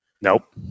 Nope